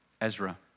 Ezra